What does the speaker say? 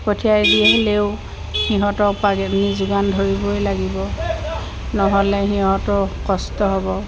পঠিয়াই দি আহিলেও সিহঁতক পানী যোগান ধৰিবই লাগিব নহ'লে সিহঁতৰ কষ্ট হ'ব